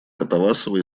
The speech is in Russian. катавасова